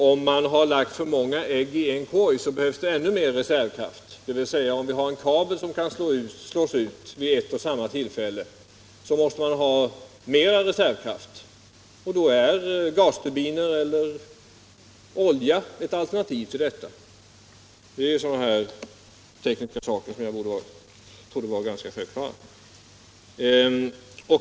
Om man har lagt alltför många ägg i en enda korg, behövs det ännu mer reservkraft. Om man t.ex. har en kabel med stor kapacitet, som kan slås ut vid ett och samma tillfälle, måste man ha mera reservkraft, och då är gasturbiner eller olja ett alternativ. Sådana tekniska arrangemang trodde jag skulle vara ganska självklara.